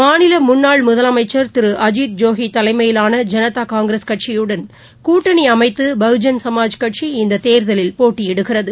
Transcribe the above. மாநிலமுன்னாள் முதலமைச்சர் திருஅஜித் ஜோகிதலைமையிலான ஐனதாகாங்கிரஸ் கட்சியுடன் கூட்டணிஅமைத்துபகுஜன் சமாஜ் கட்சி இந்ததேர்தலில் போட்டியிடுகிறது